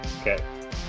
Okay